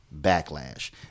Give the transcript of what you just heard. Backlash